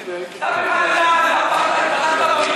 שתי מדינות או מדינת אפרטהייד.